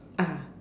ah